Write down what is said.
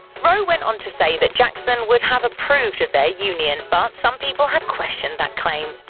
rowe went on to say that jackson would have approved of their union, but some people have questioned that claim.